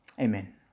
Amen